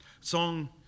Song